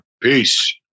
Peace